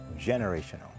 generational